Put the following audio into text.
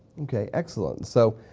okay, excellent. so